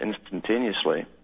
instantaneously